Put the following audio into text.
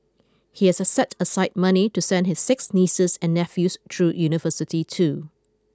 he has set aside money to send his six nieces and nephews through university too